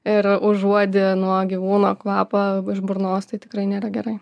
ir užuodi nuo gyvūno kvapą iš burnos tai tikrai nėra gerai